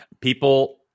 people